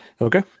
Okay